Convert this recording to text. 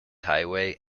highway